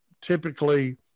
typically